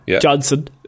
Johnson